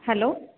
hello